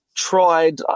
tried